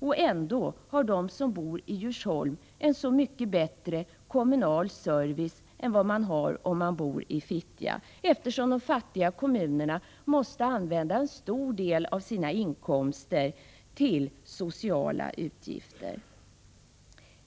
Och ändå har de som bor i Djursholm en mycket bättre kommunal service än vad de har som bor i Fittja, eftersom de fattiga kommunerna måste använda en stor del av sina inkomster till sociala utgifter.